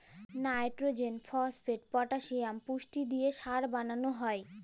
লাইট্রজেল, phosphate, potassium পুষ্টি দিঁয়ে সার বালাল হ্যয়